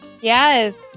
yes